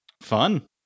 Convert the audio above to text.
Fun